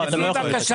לא, אתה לא יכול לתקן.